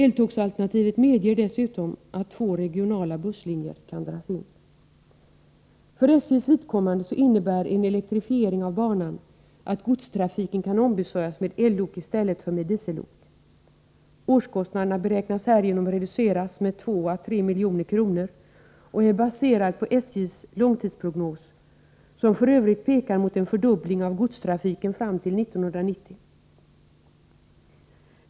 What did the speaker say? Eltågsalternativet medger dessutom att två regionala busslinjer kan dras in. För SJ:s vidkommande innebär en elektrifiering av banan att godstrafiken kan ombesörjas med ellok i stället för med diesellok. Årskostnaderna beräknas härigenom reduceras med 2 å 3 milj.kr. Beräkningen är baserad på SJ:s långtidsprognos, som f.ö. pekar mot en fördubbling av godstrafiken fram till år 1990.